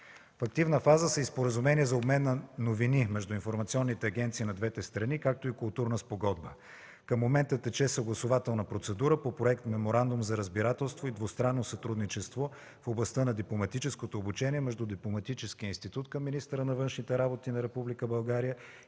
В активна фаса са и споразумения за обмен на новини между информационните агенции на двете страни, както и културна спогодба. Към момента тече съгласувателна процедура по проект Меморандум за разбирателство и двустранно сътрудничество в областта на дипломатическото обучение между Дипломатическия институт към министъра на външните работи на Република